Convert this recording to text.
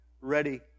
ready